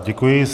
Děkuji.